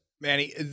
Manny